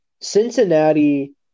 Cincinnati